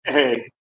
Hey